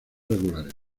regulares